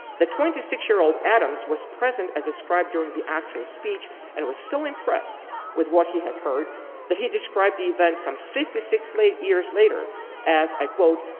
the twenty six year old adams was present as described during the actual speech and was so impressed with what he have heard that he described the events on fifty six late year later as i quote,